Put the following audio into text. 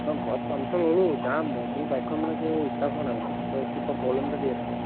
মই ঘৰত পাৰমিছন ললোঁ যাম মই মোৰ বাইকখন মানে কি ষ্টাৰ্ট হোৱা নাই মানে এই কি কিবা প্ৰব্লেম এটা দি আছে